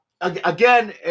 again